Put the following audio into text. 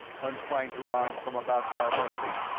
untwining her arm from about val beverley,